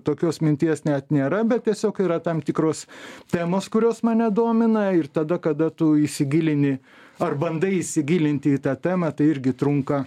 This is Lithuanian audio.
tokios minties net nėra bet tiesiog yra tam tikros temos kurios mane domina ir tada kada tu įsigilini ar bandai įsigilinti į tą temą tai irgi trunka